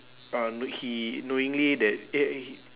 uh he knowingly that eh {eh] he